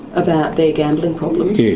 about their gambling problems? yeah.